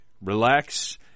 relax